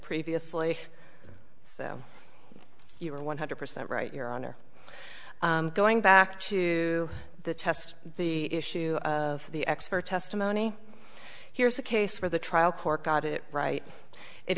previously so you are one hundred percent right your honor going back to the test the issue of the expert testimony here's a case where the trial court got it right it